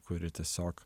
kuri tiesiog